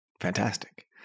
Fantastic